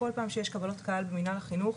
כל פעם שיש קבלות קהל במנהל החינוך,